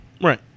Right